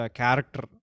character